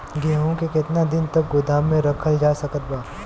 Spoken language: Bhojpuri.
गेहूँ के केतना दिन तक गोदाम मे रखल जा सकत बा?